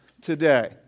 today